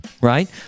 right